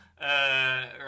Right